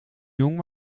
jong